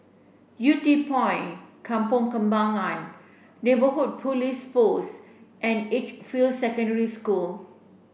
Yew Tee Point Kampong Kembangan Neighbourhood Police Post and Edgefield Secondary School